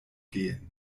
gehen